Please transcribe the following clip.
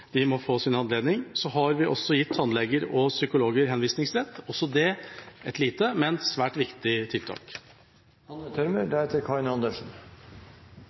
de må få sin anledning. Vi har også gitt tannleger og psykologer henvisningsrett – også det et lite, men svært viktig tiltak.